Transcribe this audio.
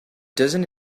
doesn’t